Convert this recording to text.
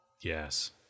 Yes